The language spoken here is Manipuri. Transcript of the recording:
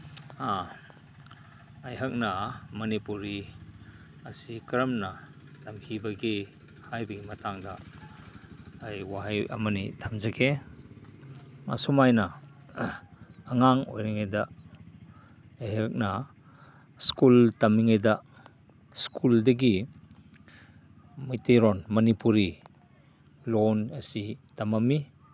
ꯑꯩꯍꯥꯛꯅ ꯃꯅꯤꯄꯨꯔꯤ ꯑꯁꯤ ꯀꯔꯝꯅ ꯇꯝꯈꯤꯕꯒꯦ ꯍꯥꯏꯕꯒꯤ ꯃꯇꯥꯡꯗ ꯑꯩ ꯋꯥꯍꯩ ꯑꯃꯅꯤ ꯊꯝꯖꯒꯦ ꯑꯁꯨꯃꯥꯏꯅ ꯑꯉꯥꯡ ꯑꯣꯏꯔꯤꯉꯩꯗ ꯑꯩꯍꯥꯛꯅ ꯁ꯭ꯀꯨꯜ ꯇꯝꯃꯤꯉꯩꯗ ꯁ꯭ꯀꯨꯜꯗꯒꯤ ꯃꯩꯇꯩꯂꯣꯟ ꯃꯅꯤꯄꯨꯔꯤ ꯂꯣꯟ ꯑꯁꯤ ꯇꯝꯃꯝꯃꯤ